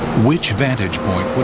which vantage point would